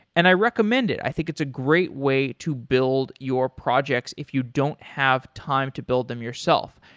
and i recommend it. i think it's a great way to build your projects if you don't have time to build them yourself.